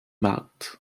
mat